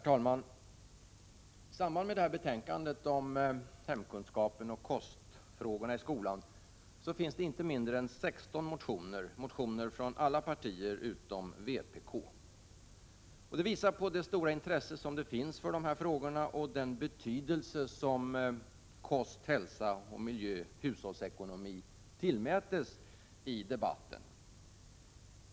Herr talman! I detta betänkande om hemkunskapen och kostfrågorna i skolan behandlas inte mindre än 16 motioner, motioner från alla partier utom vpk. Det visar på det stora intresse som finns för dessa frågor och den betydelse som kost, hälsa, miljö och hushållsekonomi tillmäts i debatten.